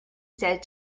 said